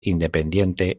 independiente